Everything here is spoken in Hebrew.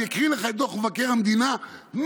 אני אקריא לך את דוח מבקר המדינה מאתמול,